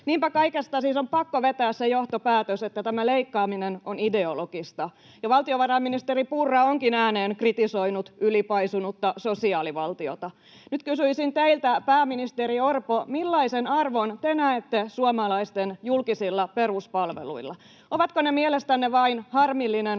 Niinpä kaikesta siis on pakko vetää se johtopäätös, että tämä leikkaaminen on ideologista. Valtiovarainministeri Purra onkin ääneen kritisoinut ylipaisunutta sosiaalivaltiota. Nyt kysyisin teiltä, pääministeri Orpo: Millaisen arvon te näette suomalaisten julkisilla peruspalveluilla? Ovatko ne mielestänne vain harmillinen